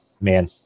man